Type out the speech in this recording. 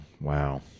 wow